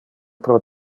pro